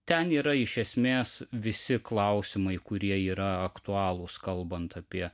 ten yra iš esmės visi klausimai kurie yra aktualūs kalbant apie